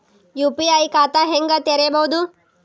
UPI ಖಾತಾ ಹೆಂಗ್ ತೆರೇಬೋದು?